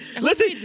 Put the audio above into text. Listen